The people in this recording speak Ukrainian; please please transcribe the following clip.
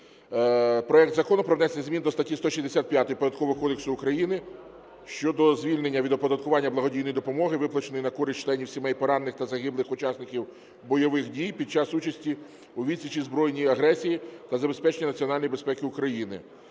проект Закону про внесення змін до статті 165 Податкового кодексу України щодо звільнення від оподаткування благодійної допомоги, виплаченої на користь членів сімей поранених та загиблих учасників бойових дій під час участі у відсічі збройної агресії та забезпечення національної безпеки України.